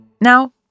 Now